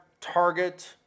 Target